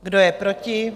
Kdo je proti?